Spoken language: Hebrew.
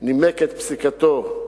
נימק את פסיקתו: